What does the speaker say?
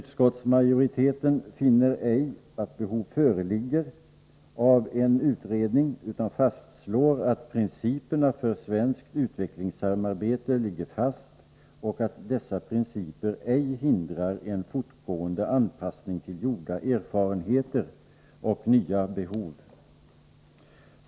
Utskottsmajoriteten finner ej att behov av en utredning föreligger, utan fastslår att principerna för svenskt utvecklingssamarbete ligger fast och att dessa principer ej hindrar en fortgående anpassning till gjorda erfarenheter och nya behov.